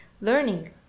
learning